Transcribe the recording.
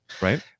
right